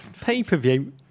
Pay-per-view